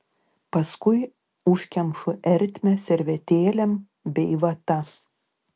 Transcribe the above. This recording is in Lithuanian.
paskui užkemšu ertmę servetėlėm bei vata